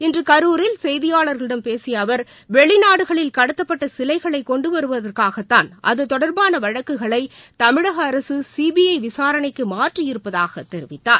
இன்றுகரூரில் செய்தியாளர்களிடம் பேசியஅவர் வெளிநாடுகளில் கடத்தப்பட்டசிலைகளைகொண்டுவருவதற்காகத்தான் அதுதொடர்பானவழக்குகளைதமிழகஅரசுசிபிறவிசாரணைக்குமாற்றியிருப்பதாகத் தெரிவித்தார்